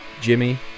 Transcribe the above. Jimmy